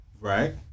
Right